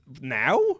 now